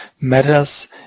matters